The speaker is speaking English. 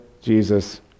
Jesus